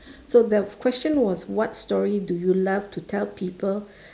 so the question was what story do you love to tell people